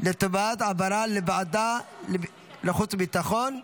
לטובת העברה לוועדת חוץ וביטחון.